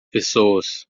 pessoas